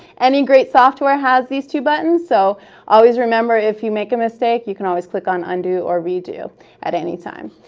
any great software has these two buttons, so always remember if you make a mistake, you can always click on undo or redo at any time.